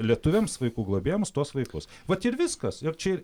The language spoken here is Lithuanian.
lietuviams vaikų globėjams tuos vaikus vat ir viskas ir čia